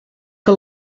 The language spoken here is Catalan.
que